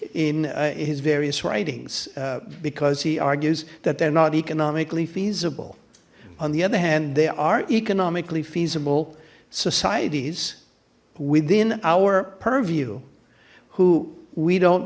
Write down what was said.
in his various writings because he argues that they're not economically feasible on the other hand they are economically feasible societies within our purview who we don't